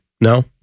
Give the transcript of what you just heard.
No